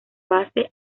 base